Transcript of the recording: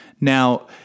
Now